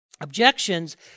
objections